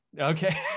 okay